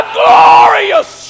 glorious